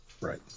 Right